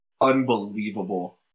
Unbelievable